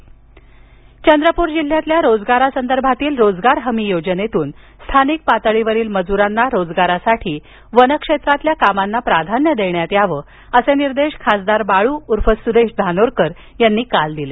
वनहक्काची आढावा बैठक चंद्रपूर जिल्ह्यातील रोजगारासंदर्भातील रोजगार हमी योजनेतून स्थानिक पातळीवरील मजुरांना रोजगारासाठी वन क्षेत्रातील कामांना प्राधान्य देण्यात यावे असे निर्देश खासदार बाळू उपाख्य सुरेश धानोरकर यांनी काल दिले